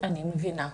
אני מבינה.